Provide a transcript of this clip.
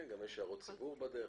גם יש הערות ציבור בדרך.